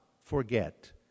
forget